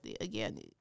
again